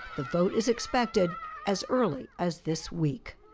the vote is expected as early as this week.